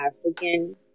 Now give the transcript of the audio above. African